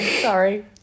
Sorry